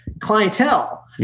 clientele